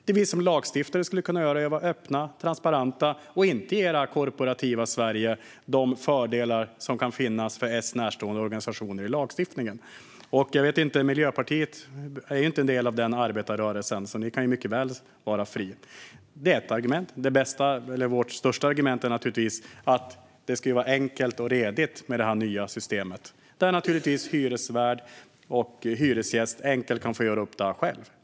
Det vi lagstiftare skulle kunna göra är att vara öppna och transparenta och inte ge det korporativa Sverige de fördelar som kan finnas för S närstående organisationer i lagstiftningen. Miljöpartiet är ju inte en del av den arbetarrörelsen, så ni kan ju mycket väl vara fria. Det är ett av argumenten. Vårt främsta argument är naturligtvis att det ska vara enkelt och redigt i det nya systemet. Hyresvärd och hyresgäst kan få göra upp det här själva.